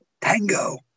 Tango